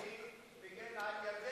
אני מגן על ירדן,